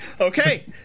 Okay